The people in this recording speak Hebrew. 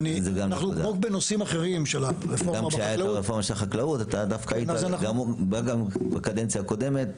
גם כשהיה את הרפורמה של החקלאות בקדנציה הקודמת,